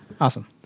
Awesome